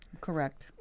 Correct